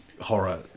horror